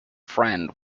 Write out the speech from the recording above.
friend